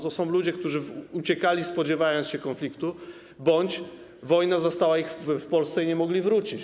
To są ludzie, którzy uciekali, spodziewając się konfliktu, bądź wojna zastała ich w Polsce i nie mogli wrócić.